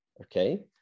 okay